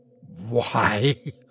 Why